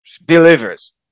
believers